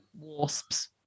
Wasps